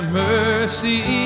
mercy